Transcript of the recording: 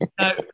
no